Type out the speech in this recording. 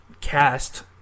cast